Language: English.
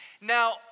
Now